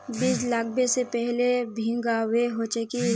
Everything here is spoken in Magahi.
बीज लागबे से पहले भींगावे होचे की?